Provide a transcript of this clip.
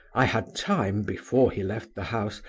i had time, before he left the house,